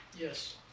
Yes